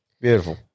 Beautiful